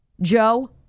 Joe